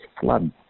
flood